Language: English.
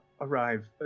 arrive